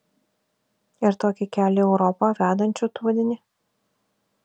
ir tokį kelią į europą vedančiu tu vadini